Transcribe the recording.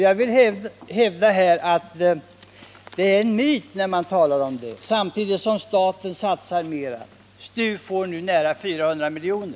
Jag vill därför hävda att det är en myt när man påstår det, samtidigt som staten satsar mer än tidigare. STU får nu nära 400 miljoner.